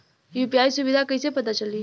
UPI सुबिधा कइसे पता चली?